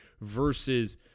Versus